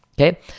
Okay